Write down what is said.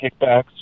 kickbacks